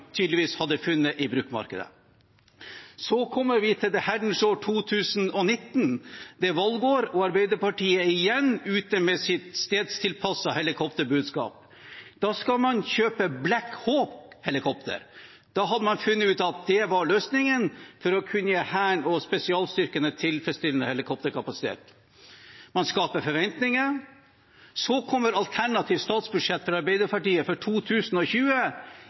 tydeligvis hadde funnet på bruktmarkedet. Så kommer vi til det Herrens år 2019. Det er valgår, og Arbeiderpartiet er igjen ute med sitt stedstilpassede helikopterbudskap. Da skal man kjøpe Black Hawk-helikoptre. Da hadde man funnet ut at det var løsningen for å kunne gi Hæren og spesialstyrkene tilfredsstillende helikopterkapasitet. Man skaper forventninger. Så kommer alternativt statsbudsjett for 2020 fra Arbeiderpartiet: